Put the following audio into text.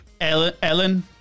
Ellen